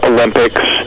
Olympics